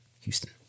Houston